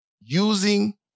Using